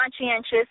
conscientious